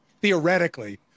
theoretically